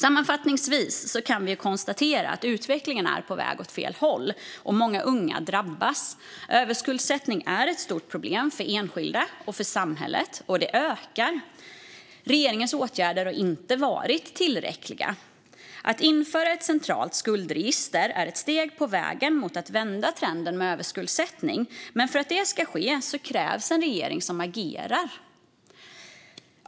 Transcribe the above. Sammanfattningsvis kan vi konstatera att utvecklingen är på väg åt fel håll och att många unga drabbas. Överskuldsättning är ett stort problem för enskilda och för samhället, och det ökar. Regeringens åtgärder har inte varit tillräckliga. Att införa ett centralt skuldregister är ett steg på vägen mot att vända trenden med överskuldsättning, men för att det ska ske krävs en regering som agerar.